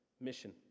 mission